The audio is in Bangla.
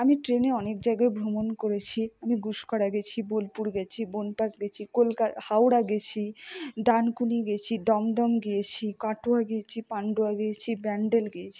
আমি ট্রেনে অনেক জায়গা ভ্রমণ করেছি আমি গুসকরা গিয়েছি বোলপুর গিয়েছি বনপাস গিয়েছি কলকাতা হাওড়া গিয়েছি ডানকুনি গিয়েছি দমদম গিয়েছি কাটোয়া গিয়েছি পাণ্ডুয়া গিয়েছি ব্যান্ডেল গিয়েছি